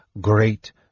great